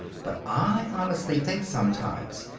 but i honestly think, sometimes,